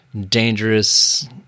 dangerous